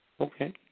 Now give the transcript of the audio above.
Okay